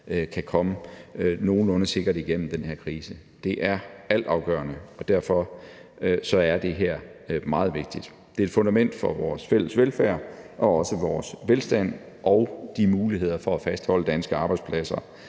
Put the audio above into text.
kan komme nogenlunde sikkert igennem den her krise. Det er altafgørende, og derfor er det her meget vigtigt. Det er et fundament for vores fælles velfærd og også vores velstand og de muligheder for at fastholde danske arbejdspladser